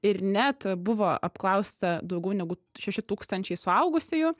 ir net buvo apklausta daugiau negu šeši tūkstančiai suaugusiųjų